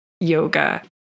yoga